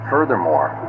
Furthermore